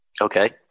Okay